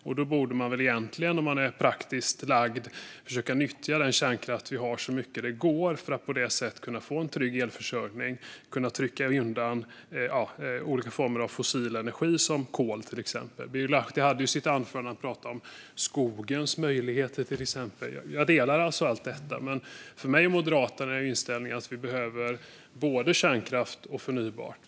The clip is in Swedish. Om man är praktiskt lagd borde man då egentligen försöka nyttja den kärnkraft vi har så mycket det går, för att på så sätt få en trygg elförsörjning och kunna trycka undan olika former av fossil energi, till exempel kol. Birger Lahti talade i sitt anförande om exempelvis skogens möjligheter, och jag delar den bilden. För mig och Moderaterna är inställningen dock att vi behöver både kärnkraft och förnybart.